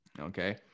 Okay